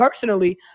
personally